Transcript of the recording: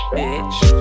Bitch